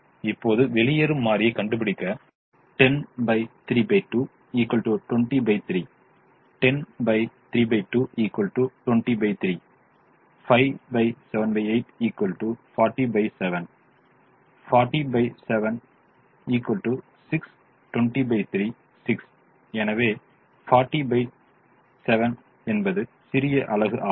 இப்போது வெளியேறும் மாறியைக் கண்டுபிடிக்க 10 32 203 10 32 203 5 78 407 407 6 203 6 எனவே 407 சிறிய அலகு ஆகும்